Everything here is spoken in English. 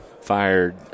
Fired